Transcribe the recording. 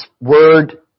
Word